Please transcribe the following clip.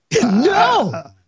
no